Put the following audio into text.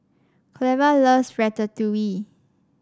Cleva loves Ratatouille